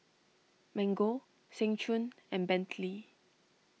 Mango Seng Choon and Bentley